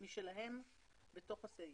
משלם בתוך הסעיף.